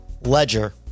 Ledger